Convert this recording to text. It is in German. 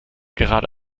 gerade